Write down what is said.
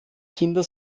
kinder